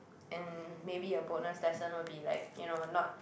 and maybe a bonus lesson will be like you know not